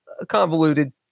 convoluted